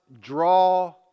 draw